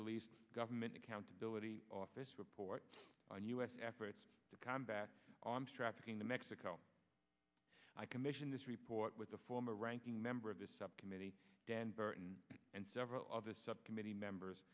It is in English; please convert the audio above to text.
released government accountability office report on u s efforts to combat arms trafficking to mexico i commissioned this report with a former ranking member of this subcommittee dan burton and several other subcommittee members